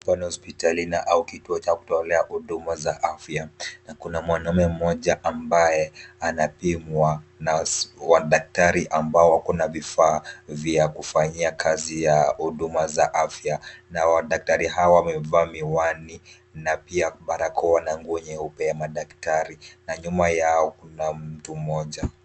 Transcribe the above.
Hapa ni hospitali au kituo cha kutolea huduma za afya na kuna mwanaume mmoja ambaye anapimwa na wadaktari ambao wako na vifaa vya kufanyia kazi ya huduma za afya na wadaktari hawa wamevaa miwani na pia barakoa na nguo nyeupe ya madaktari na nyuma yao kuna mtu mmoja.